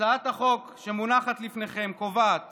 הצעת החוק שמונחת לפניכם קובעת